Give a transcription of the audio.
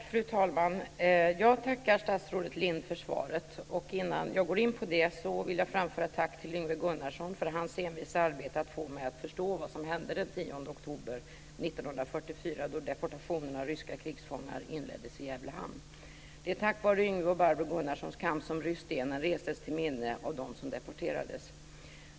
Fru talman! Jag tackar statsrådet Lindh för svaret. Innan jag går in på det vill jag framföra ett tack till Yngve Gunnarsson för hans envisa arbete med att få mig att förstå vad som hände den 10 oktober 1944, då deportationen av ryska krigsfångar inleddes i Gävle hamn. Det är tack vare Yngve och Barbro Gunnarssons kamp som rysstenen restes till minne av dem som deporterades.